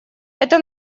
это